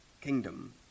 kingdom